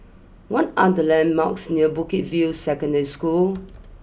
what are the landmarks near Bukit view Secondary School